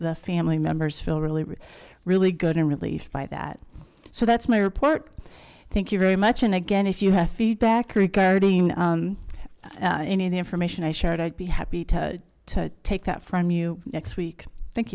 the family members feel really really good and released by that so that's my report thank you very much and again if you have feedback regarding any of the information i shared i'd be happy to take that from you next week thank